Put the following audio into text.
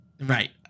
Right